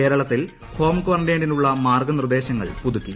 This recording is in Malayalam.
കേരളത്തിൽ ഹോം ക്വാറന്റയിനുള്ള മാർഗനിർദ്ദേശങ്ങൾ പുതുക്കി